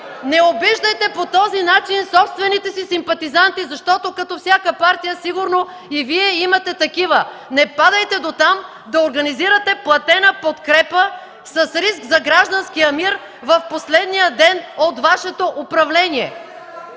Не обиждайте по този начин собствените си симпатизанти, защото като всяка партия сигурно и Вие имате такива. Не падайте дотам – да организирате платена подкрепа с риск за гражданския мир в последния ден от Вашето управление.